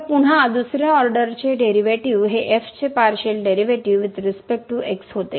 तर पुन्हा दुसऱ्या ऑर्डर चे डेरिव्हेटिव्ह हे चे partial derivative with respect to x होते